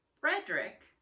Frederick